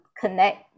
connect